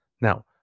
Now